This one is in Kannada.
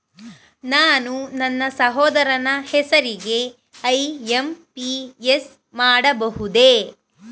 ನಾನು ನನ್ನ ಸಹೋದರನ ಹೆಸರಿಗೆ ಐ.ಎಂ.ಪಿ.ಎಸ್ ಮಾಡಬಹುದೇ?